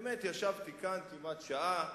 באמת, ישבתי כאן כמעט שעה,